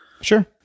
Sure